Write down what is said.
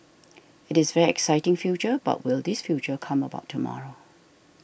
it is very exciting future but will this future come about tomorrow